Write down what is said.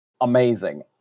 amazing